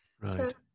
Right